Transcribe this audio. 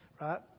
Right